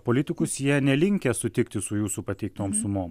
politikus jie nelinkę sutikti su jūsų pateiktom sumom